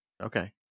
okay